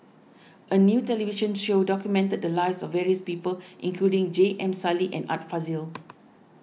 a new television show documented the lives of various people including J M Sali and Art Fazil